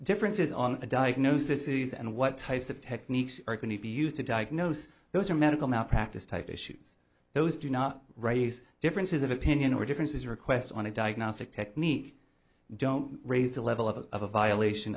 differences on the diagnosis use and what types of techniques are going to be used to diagnose those are medical malpractise type issues those do not raise differences of opinion or differences request on a diagnostic technique don't raise the level of a violation